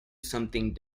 something